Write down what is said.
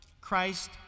Christ